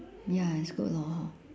ya it's good lor